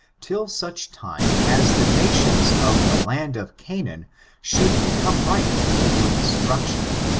till such time as the nations of the land of canaan should become ripe for destruo tion,